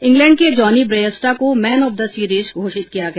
England के Jonny Bairstow को man of the series घोषित किया गया